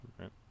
right